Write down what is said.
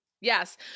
Yes